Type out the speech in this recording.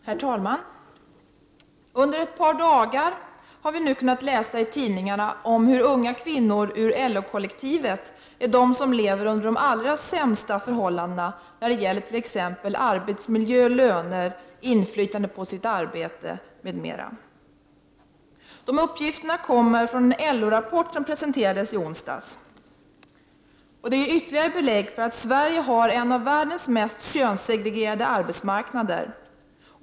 Herr talman! Under ett par dagar har vi kunnat läsa i tidningarna att det är unga kvinnor inom LO-kollektivet som har de allra sämsta förhållandena när det gäller t.ex. arbetsmiljö, löner och inflytande över sitt arbete. Uppgifterna är hämtade ur den LO-rapport som presenterades i onsdags. Det här är ytterligare ett belägg för att Sverige har en av världens könssegregerade arbetsmarknader.